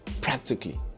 Practically